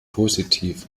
positiv